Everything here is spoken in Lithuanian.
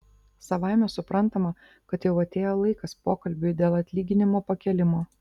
savaime suprantama kad jau atėjo laikas pokalbiui dėl atlyginimo pakėlimo